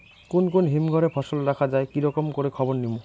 কুন কুন হিমঘর এ ফসল রাখা যায় কি রকম করে খবর নিমু?